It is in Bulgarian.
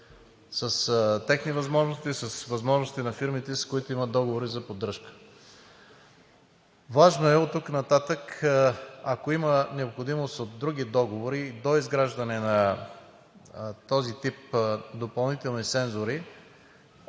с техни възможности, с възможност на фирмите, с които имат договори за поддръжка. Важно е оттук нататък, ако има необходимост от други договори, доизграждането на този тип допълнителни сензори